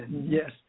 Yes